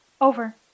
Over